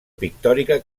pictòrica